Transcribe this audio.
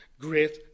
great